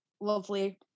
lovely